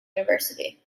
university